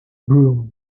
broom